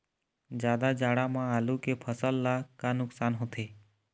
जादा जाड़ा म आलू के फसल ला का नुकसान होथे?